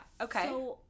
okay